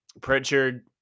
Pritchard